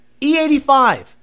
e85